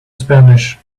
spanish